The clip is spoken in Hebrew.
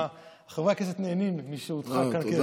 חברי הכנסת נהנים משהותך כאן כיושב-ראש.